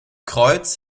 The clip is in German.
kreuz